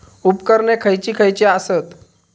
उपकरणे खैयची खैयची आसत?